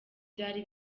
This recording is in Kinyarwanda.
byari